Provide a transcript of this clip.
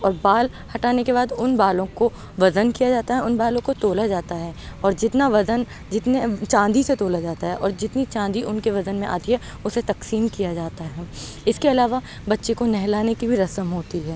اور بال ہٹانے کے بعد ان بالوں کو وزن کیا جاتا ہے ان بالوں کو تولا جاتا ہے اور جتنا وزن جتنے چاندی سے تولا جاتا ہے اور جتنی چاندی ان کے وزن میں آتی ہے اسے تقسیم کیا جاتا ہے اس کے علاوہ بچے کو نہلانے کی بھی رسم ہوتی ہے